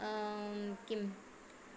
किम्